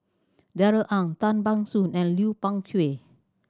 Darrell Ang Tan Ban Soon and Lui Pao Chuen